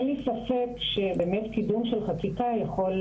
אין לי ספק שבאמת קידום של חקיקה יכול,